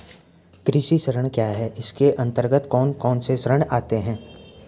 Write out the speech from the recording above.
कृषि ऋण क्या है इसके अन्तर्गत कौन कौनसे ऋण आते हैं?